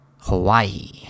Hawaii